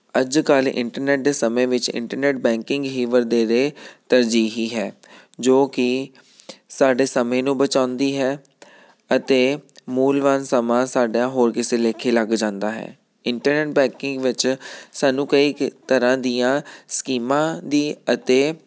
ਅੱਜ ਕੱਲ੍ਹ ਇੰਟਰਨੈਟ ਦੇ ਸਮੇਂ ਵਿੱਚ ਇੰਟਰਨੈਟ ਬੈਂਕਿੰਗ ਹੀ ਵਧੇਰੇ ਤਰਜੀਹੀ ਹੈ ਜੋ ਕਿ ਸਾਡੇ ਸਮੇਂ ਨੂੰ ਬਚਾਉਂਦੀ ਹੈ ਅਤੇ ਮੂਲਵਾਨ ਸਮਾਂ ਸਾਡਾ ਹੋਰ ਕਿਸੇ ਲੇਖੇ ਲੱਗ ਜਾਂਦਾ ਹੈ ਇੰਟਰਨੈਟ ਬੈਂਕਿੰਗ ਵਿੱਚ ਸਾਨੂੰ ਕਈ ਕ ਤਰ੍ਹਾਂ ਦੀਆਂ ਸਕੀਮਾਂ ਦੀ ਅਤੇ